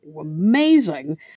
amazing